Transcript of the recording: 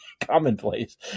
commonplace